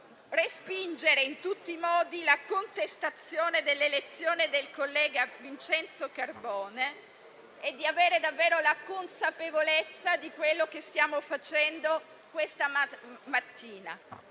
respingere in tutti i modi la contestazione dell'elezione del collega Vincenzo Carbone e di avere davvero la consapevolezza di quello che stiamo facendo stamattina,